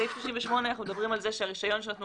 בסעיף 38 אנחנו מדברים על כך שהרישיון שנתנו